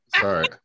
Sorry